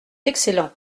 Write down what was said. excellent